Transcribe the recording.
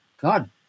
God